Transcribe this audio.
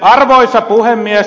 arvoisa puhemies